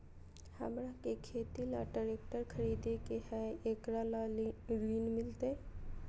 हमरा के खेती ला ट्रैक्टर खरीदे के हई, एकरा ला ऋण मिलतई?